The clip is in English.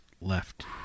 left